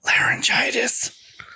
Laryngitis